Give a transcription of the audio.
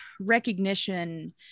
recognition